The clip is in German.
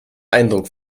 eindruck